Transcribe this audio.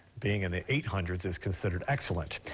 being in the eight hundred s is considered excellent.